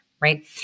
right